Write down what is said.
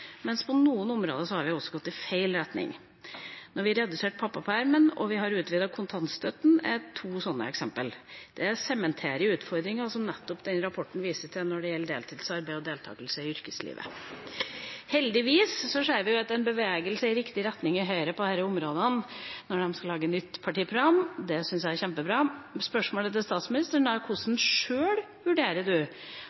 på noen områder har vi gått i feil retning. At vi har redusert pappapermen og utvidet kontantstøtten, er to eksempler på det. Det sementerer utfordringer som rapporten nettopp viser til når det gjelder deltidsarbeid og deltakelse i yrkeslivet. Heldigvis ser vi at det er en bevegelse i riktig retning i Høyre på disse områdene når de skal lage nytt partiprogram. Det syns jeg er kjempebra. Spørsmålet mitt til statsministeren er: Hvordan